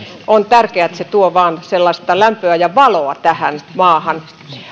on tärkeää että se tuo vain sellaista lämpöä ja valoa tähän maahan